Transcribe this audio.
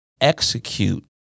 execute